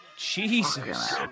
Jesus